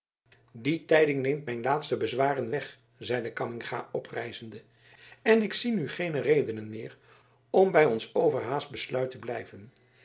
die tijding neemt mijn laatste bezwaren weg zeide cammingha oprijzende en ik zie nu geene redenen meer om bij ons overhaast besluit te blijven